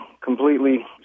completely